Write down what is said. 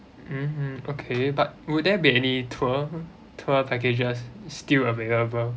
mmhmm okay but would there be any tour tour packages still available